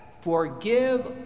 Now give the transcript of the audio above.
Forgive